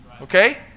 Okay